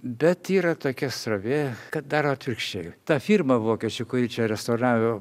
bet yra tokia srovė kad daro atvirkščiai ta firma vokiečių kuri čia restauravo